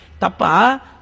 Tapa